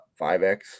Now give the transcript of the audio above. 5X